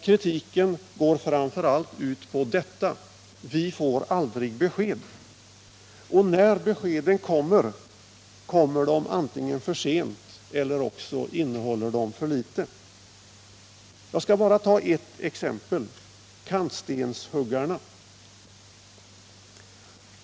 Kritiken går framför allt ut på detta: Vi får inte besked, och när beskeden kommer kommer de för sent eller också innehåller de för litet. Jag skall bara ta ett exempel: kantstenshuggarna.